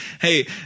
hey